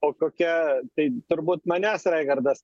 o kokia tai turbūt manęs raigardas